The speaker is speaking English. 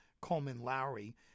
Coleman-Lowry